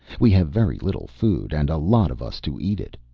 we have very little food and a lot of us to eat it.